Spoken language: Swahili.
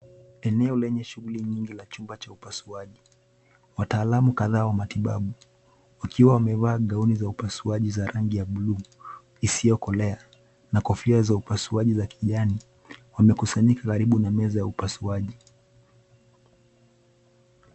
Eneo lenye shughuli nyingi la chumba cha upasuaji. Wataalamu kadhaa wa matibabu, wakiwa wamevaa gauni za upasuaji za rangi ya buluu isiyokolea na kofia za upasuaji la kijani wamekusanyika karibu na meza ya upasuaji.